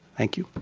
thank you.